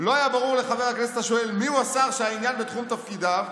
"לא היה ברור לחבר הכנסת השואל מי הוא השר שהעניין בתחום תפקידיו,